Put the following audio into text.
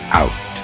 out